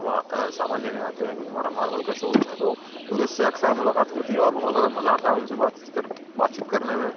سامان لینے آتے ہیں کیوں کہ ہمارا ماربل کا شو روم ہے تو ٹورسٹ سے اکثر ملاقات ہوتی ہے اور بہت زیادہ مزا آتا ہے ان سے بات چیت کربات چیت کرنے میں